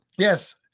Yes